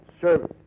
service